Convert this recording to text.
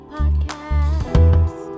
Podcast